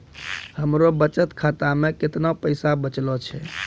हमरो बचत खाता मे कैतना पैसा बचलो छै?